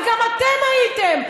למה אתם מקשיבים?